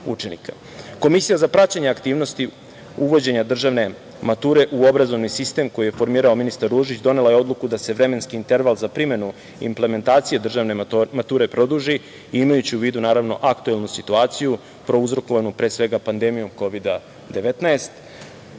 učenika. Komisija za praćenje aktivnosti uvođenja državne mature u obrazovni sistem koji je formirao ministar Ružić donela je odluku da se vremenski interval za primenu implementacije državne mature produži, imajući u vidu, naravno, aktuelnu situaciju prouzrokovanu pre svega pandemijom kovida-19.